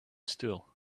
still